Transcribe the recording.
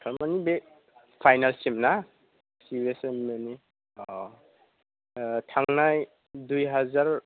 अ थारमानि बे फाइनालसिम ना जोबजासिम मानि अ थांनाय दुइ हाजार